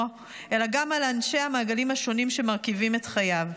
אלא גם על אנשי המעגלים השונים שמרכיבים את חייו.